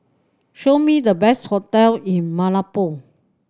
show me the best hotel in Malabo